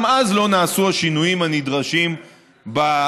גם אז לא נעשו השינויים הנדרשים במוקדים.